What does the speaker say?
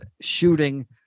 shooting